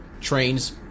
Trains